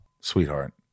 sweetheart